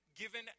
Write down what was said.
given